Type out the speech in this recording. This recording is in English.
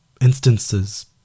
instances